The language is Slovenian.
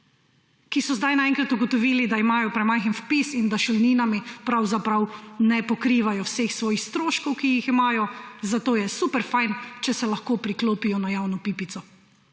ki so zdaj naenkrat ugotovili, da imajo premajhen vpis in da s šolninami pravzaprav ne pokrivajo vseh svojih stroškov, ki jih imajo, zato je super fajn, če se lahko priklopijo ja javno pipico.